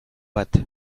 bat